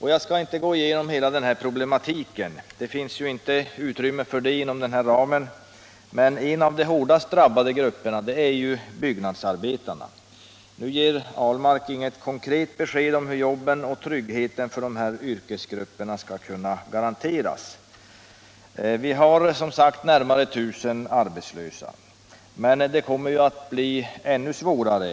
Jag skall inte gå igenom hela problematiken, eftersom det inte finns tid för det nu. En av de hårdast drabbade grupperna är emellertid byggnadsarbetarna. Herr Ahlmark gav inget konkret besked om hur jobben och tryggheten för den här yrkesgruppen skall kunna garanteras. Vi har som sagt närmare 19000 arbetslösa, men det kommer att bli ännu svårare.